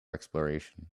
exploration